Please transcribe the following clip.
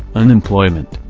unemployment,